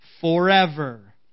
forever